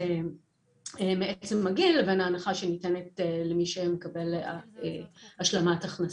מעצם הגיל ולהנחה למי שמקבל השלמת הכנסה.